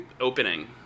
opening